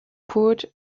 poured